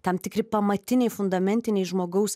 tam tikri pamatiniai fundamentiniai žmogaus